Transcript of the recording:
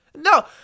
No